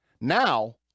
now